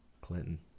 Clinton